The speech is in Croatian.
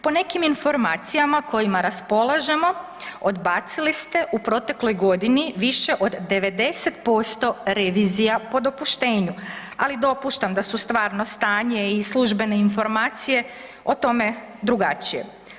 Po nekim informacijama kojima raspolažemo odbacili ste u protekloj godini više od 90% revizija po dopuštenju, ali dopuštam da su stvarno stanje i službene informacije o tome drugačije.